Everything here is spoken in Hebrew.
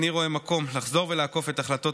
איני רואה מקום לחזור ולעקוף את החלטות